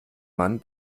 man